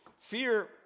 fear